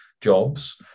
jobs